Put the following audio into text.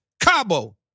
Cabo